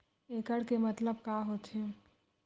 एकड़ के मतलब का होथे?